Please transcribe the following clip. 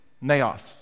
naos